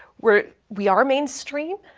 where we are mainstream,